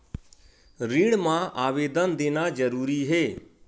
ऋण मा आवेदन देना जरूरी हे?